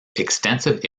extensive